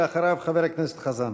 אחריו, חבר הכנסת חזן.